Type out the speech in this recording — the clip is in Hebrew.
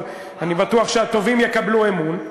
אבל אני בטוח שהטובים יקבלו אמון.